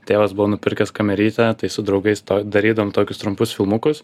tėvas buvo nupirkęs kamerytę tai su draugais darydavom tokius trumpus filmukus